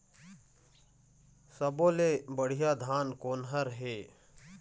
सब्बो ले बढ़िया धान कोन हर हे?